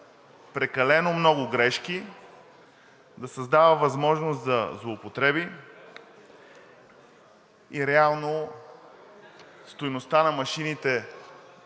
прекалено много грешки, да създава възможност за злоупотреби и реално стойността на машините